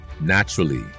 Naturally